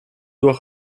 doit